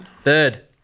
Third